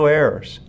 errors